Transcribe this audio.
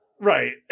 Right